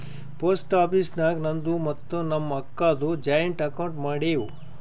post office ನಾಗ್ ನಂದು ಮತ್ತ ನಮ್ ಅಕ್ಕಾದು ಜಾಯಿಂಟ್ ಅಕೌಂಟ್ ಮಾಡಿವ್